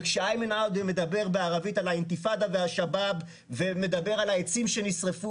וכשאיימן עודה מדבר בערבית על האינתיפאדה והשבאב ומדבר על העצים שנשרפו,